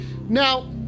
now